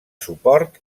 suport